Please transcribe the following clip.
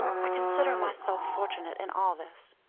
i consider myself fortunate in all this.